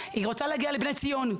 היא רוצה להגיע לבני ציון,